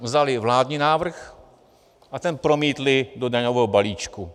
Vzali vládní návrh a ten promítli do daňového balíčku.